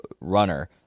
runner